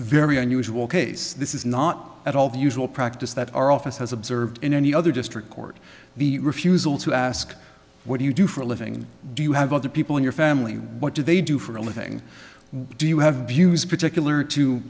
very unusual case this is not at all the usual practice that our office has observed in any other district court the refusal to ask what do you do for a living do you have other people in your family what do they do for a living do you have views particular to